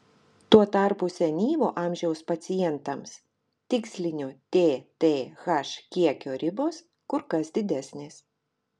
tuo tarpu senyvo amžiaus pacientams tikslinio tth kiekio ribos kur kas didesnės